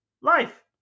life